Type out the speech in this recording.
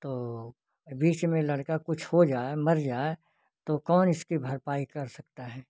तो बीच में लड़का कुछ हो जाए मर जाए तो कौन इसकी भरपाई कर सकता है